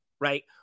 right